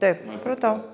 taip supratau